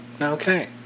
Okay